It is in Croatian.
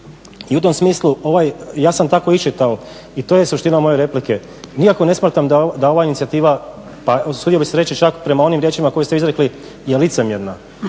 I u tom smislu ja sam tako iščitao i to je suština moje replike, nikako ne smatram da ova inicijativa pa usudio bih se reći čak prema onim riječima koje ste izrekli je licemjerna.